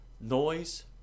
noise